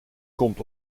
komt